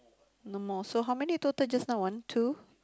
no more so how many total just now one two